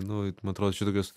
nu man atrodo čia tokios